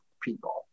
people